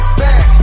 back